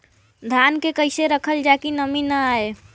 धान के कइसे रखल जाकि नमी न आए?